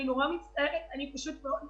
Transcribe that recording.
אני נורא מצטערת, אני פשוט מאוד נסערת,